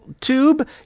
tube